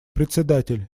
председатель